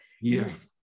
yes